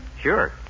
Sure